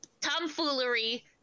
tomfoolery